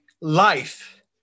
life